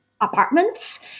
apartments